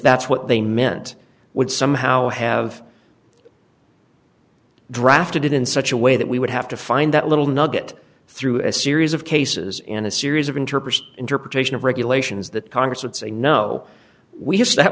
that's what they meant would somehow have drafted it in such a way that we would have to find that little nugget through a series of cases in a series of interpreters interpretation of regulations that congress would say no we just that